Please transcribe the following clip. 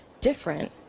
different